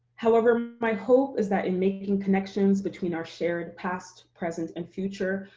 however, my hope is that in making connections between our shared past, present, and future,